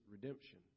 redemption